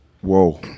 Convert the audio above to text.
Whoa